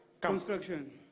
Construction